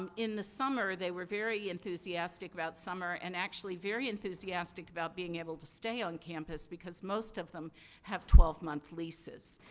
um in the summer, they were very enthusiastic about summer. and, actually, very enthusiastic about being able to stay on campus, because most of them have twelve month leases.